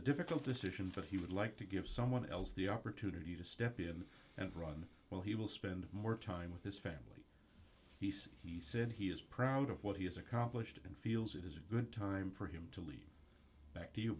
a difficult decision for he would like to give someone else the opportunity to step in and run well he will spend more time with his family he said he said he is proud of what he has accomplished and feels it is a good time for him to lea